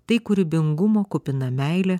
tai kūrybingumo kupina meilė